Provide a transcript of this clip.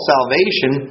Salvation